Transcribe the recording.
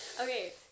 Okay